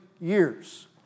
years